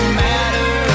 matter